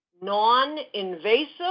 non-invasive